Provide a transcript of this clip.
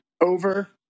over